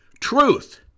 truth